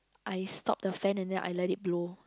I stop the fan and then I let it blow